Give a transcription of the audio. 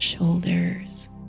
Shoulders